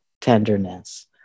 tenderness